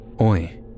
Oi